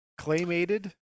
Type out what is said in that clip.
Claymated